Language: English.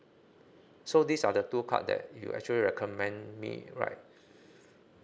so these are the two card that you actually recommend me right